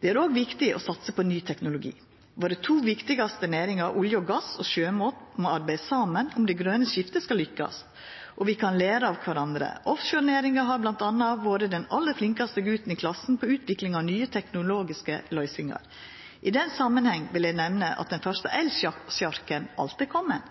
Det er òg viktig å satsa på ny teknologi. Våre to viktigaste næringar, olje og gass og sjømat, må arbeida saman om det grøne skiftet skal kunna lykkast, og vi kan læra av kvarandre. Offshorenæringa har m.a. vore den aller flinkaste guten i klassen på utvikling av nye teknologiske løysingar. I den samanhengen vil eg nemna at den første elsjarken alt er komen,